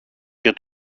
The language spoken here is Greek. και